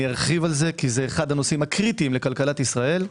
ארחיב על זה כי זה אחד הנושאים הקריטיים לכלכלת ישראל.